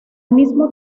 mismo